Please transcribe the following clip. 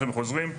הולכים וחוזרים,